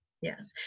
Yes